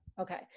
Okay